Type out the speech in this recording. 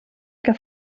que